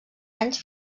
anys